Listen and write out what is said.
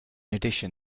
addition